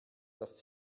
das